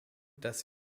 dass